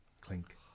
clink